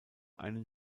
einen